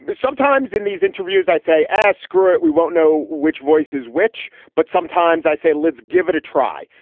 but sometimes in these interviews, i say, ah screw it. we won't know which voices which. but sometimes i say, let's give it a try.